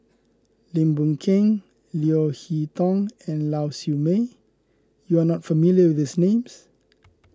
Lim Boon Keng Leo Hee Tong and Lau Siew Mei you are not familiar with these names